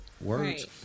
Words